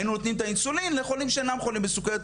היינו נותנים את האינסולין לחולים שאינם חולים בסוכרת,